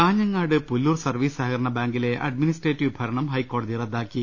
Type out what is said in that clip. Kanhangad Pullur service സഹകരണ ബാങ്കിലെ administrative ഭരണം ഹൈക്കോടതി റദ്ദാക്കി